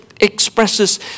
expresses